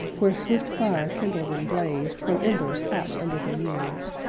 where swift fire kindled and blazed from embers hot under the years,